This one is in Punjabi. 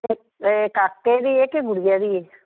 ਇਹ ਕਾਕੇ ਦੀ ਹੈ ਕਿ ਗੁਡੀਆ ਦੀ ਹੈ